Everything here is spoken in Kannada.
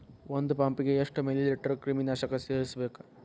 ಒಂದ್ ಪಂಪ್ ಗೆ ಎಷ್ಟ್ ಮಿಲಿ ಲೇಟರ್ ಕ್ರಿಮಿ ನಾಶಕ ಸೇರಸ್ಬೇಕ್?